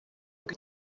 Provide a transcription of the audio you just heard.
ngo